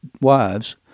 wives